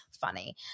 funny